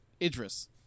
Idris